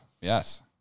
yes